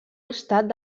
estat